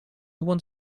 one